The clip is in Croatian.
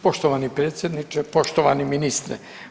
Poštovani predsjedniče, poštovani ministre.